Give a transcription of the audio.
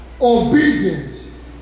obedience